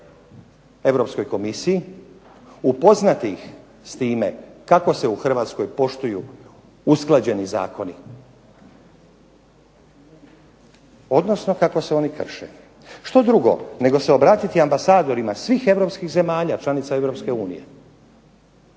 Europskoj komisiji, upoznati ih s time kako se u Hrvatskoj poštuju usklađeni zakoni, odnosno kako se oni krše. Što drugo nego se obratiti ambasadorima svih europskih zemalja članica Europske unije